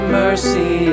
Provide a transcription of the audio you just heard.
mercy